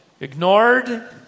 ignored